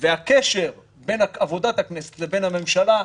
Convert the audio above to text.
וייפער קשר בין עבודת הכנסת לבין הממשלה,